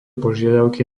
požiadavky